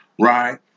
right